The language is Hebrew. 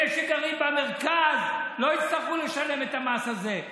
אלה שגרים במרכז לא יצטרכו לשלם את המס הזה.